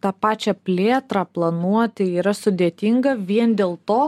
tą pačią plėtrą planuoti yra sudėtinga vien dėl to